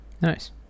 Nice